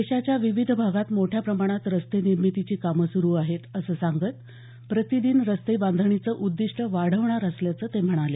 देशाच्या विविध भागात मोठ्या प्रमाणात रस्ते निर्मितीची कामं सुरु आहेत असं सांगत प्रतिदिन रस्ते बांधणीचं उद्दिष्ट वाढवणार असल्याचं ते म्हणाले